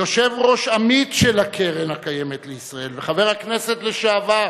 יושב-ראש עמית של הקרן הקיימת לישראל וחבר הכנסת לשעבר